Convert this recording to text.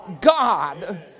God